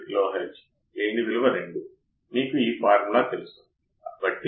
input offset current ఏమిటో మీరు ఈ విధంగా లెక్కించవచ్చు ఇన్పుట్ ఆఫ్సెట్ కరెంట్ అంటే ఏమిటి